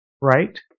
right